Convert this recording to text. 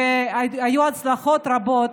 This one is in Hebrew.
והיו הצלחות רבות.